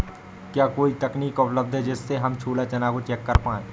क्या कोई तकनीक उपलब्ध है जिससे हम छोला चना को चेक कर पाए?